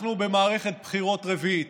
אנחנו במערכת בחירות רביעית.